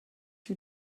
you